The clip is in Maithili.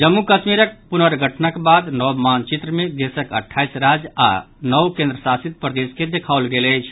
जम्मू कश्मीरक पुनर्गठनक बाद नव मानचित्र मे देशक अट्ठाईस राज्य आओर नओ केन्द्रशासित प्रदेश के देखाओल गेल अछि